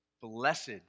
Blessed